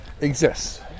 exists